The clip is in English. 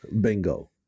bingo